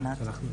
ענת.